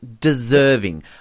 deserving